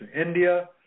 India